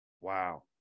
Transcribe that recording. Wow